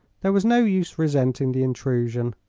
there was no use resenting the intrusion.